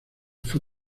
fue